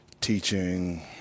teaching